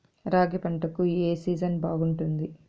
రాగి పంటకు, ఏ సీజన్ బాగుంటుంది?